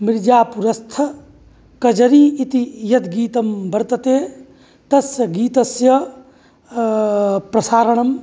मिर्जापुरस्थ कजरी इति यत् गीतं वर्तते तस्य गीतस्य प्रसारणं